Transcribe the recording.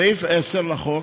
סעיף 10 לחוק,